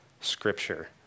Scripture